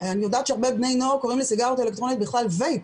אני יודעת שהרבה בני נוער קוראים לסיגריות אלקטרוניות בכלל וויפ.